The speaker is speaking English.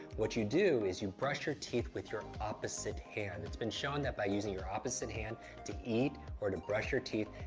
what you do is you brush your teeth with opposite hand. it's been shown that by using your opposite hand to eat or to brush your teeth,